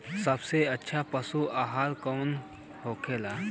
सबसे अच्छा पशु आहार कौन होखेला?